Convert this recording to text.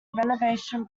renovation